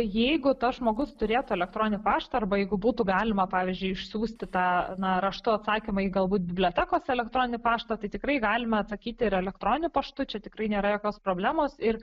jeigu tas žmogus turėtų elektroninį paštą arba jeigu būtų galima pavyzdžiui išsiųsti tą na raštu atsakymą į galbūt bibliotekos elektroninį paštą tai tikrai galima atsakyti ir elektroniniu paštu čia tikrai nėra jokios problemos ir